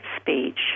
speech